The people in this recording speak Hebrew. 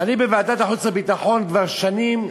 אני בוועדת החוץ והביטחון כבר שנים,